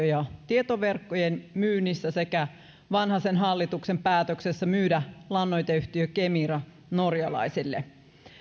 ja tietoverkkojen myynnissä sekä vanhasen hallituksen päätöksessä myydä lannoiteyhtiö kemira norjalaisille